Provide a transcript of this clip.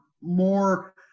more